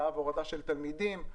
הורדה והעלאה של תלמידים,